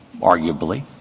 arguably